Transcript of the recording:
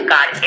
God